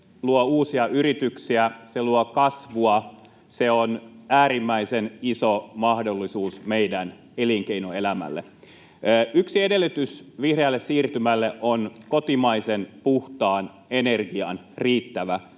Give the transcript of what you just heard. se luo uusia yrityksiä, se luo kasvua, se on äärimmäisen iso mahdollisuus meidän elinkeinoelämälle. Yksi edellytys vihreälle siirtymälle on kotimaisen puhtaan energian riittävä saatavuus.